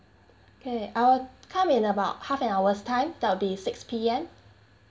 okay I will come in about half an hour's time that'll be six P_M